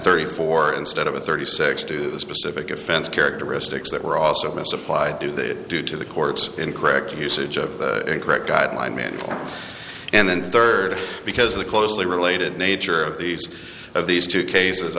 thirty four instead of a thirty six to the specific offense characteristics that were also misapplied do that due to the court's incorrect usage of the incorrect guideline man and then third because the closely related nature of these of these two cases